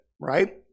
right